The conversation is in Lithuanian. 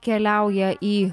keliauja į